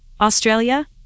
australia